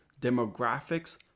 demographics